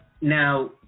Now